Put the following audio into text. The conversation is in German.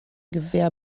gewehr